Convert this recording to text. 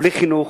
בלי חינוך,